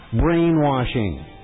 Brainwashing